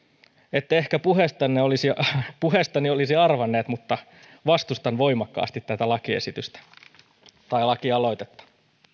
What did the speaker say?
ette ehkä puheestani olisi arvanneet mutta vastustan voimakkaasti tätä lakialoitetta